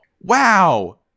Wow